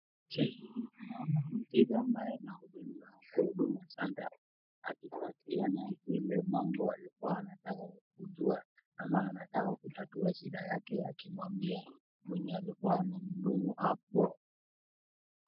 Je, unaona mteja ambaye anahudumiwa kwa huduma sana akipatiana zile mambo alikua anataka kujua ama anataka kutatua shida yake akimwambia mwenye alikua amemdumu apo?